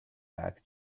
back